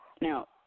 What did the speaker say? Now